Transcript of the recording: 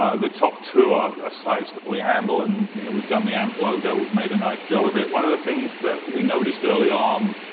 ah the top two are ah sites that we handle and yeah we've done the amp logo, we've made a nice job of it. one of the things that we noticed early um